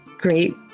great